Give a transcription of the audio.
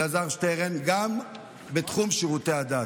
אלעזר שטרן, גם בתחום שירותי הדת.